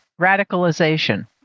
Radicalization